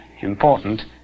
important